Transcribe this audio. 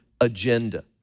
agenda